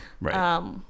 Right